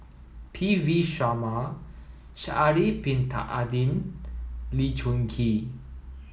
P V Sharma Sha'ari bin Tadin Lee Choon Kee